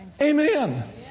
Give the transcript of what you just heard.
amen